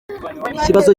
ikibazo